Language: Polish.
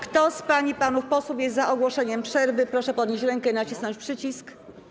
Kto z pań i panów posłów jest za ogłoszeniem przerwy, proszę podnieść rękę i nacisnąć przycisk.